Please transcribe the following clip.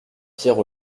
pierre